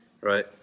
right